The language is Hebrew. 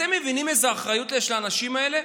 אתם מבינים איזו אחריות יש לאנשים האלה?